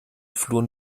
fluren